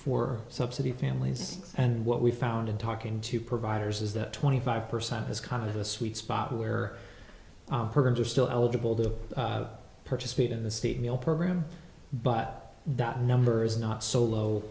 for subsidy families and what we found in talking to providers is that twenty five percent is kind of the sweet spot where programs are still eligible to participate in the state meal program but that number is not so low